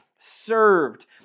Served